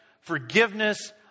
forgiveness